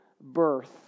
birth